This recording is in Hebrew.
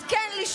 אז "כן,